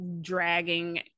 dragging